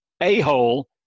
a-hole